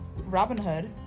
Robinhood